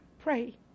Pray